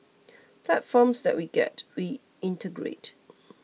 platforms that we get we integrate